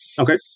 Okay